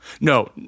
No